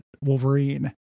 Wolverine